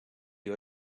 you